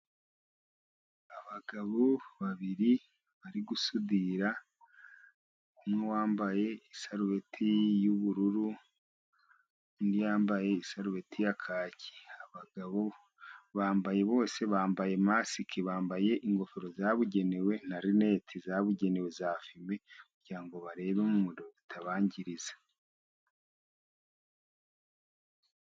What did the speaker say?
Abagabo babiri bari gusudira, umwe yambaye isarubeti y'ubururu ,undi yambaye isarubeti ya kaki . Abagabo bambaye bose bambaye masike, bambaye ingofero zabugenewe, na rinete zabugenewe za fime, kugira ngo barebe mu muriro bitabangiriza.